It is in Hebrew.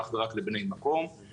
אך ורק לבני מקום.